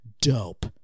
dope